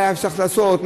מה היה צריך לעשות,